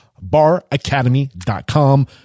baracademy.com